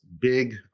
big